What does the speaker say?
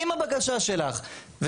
עוד שנייה נדבר על זה.